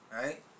right